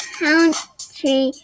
country